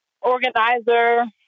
organizer